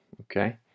okay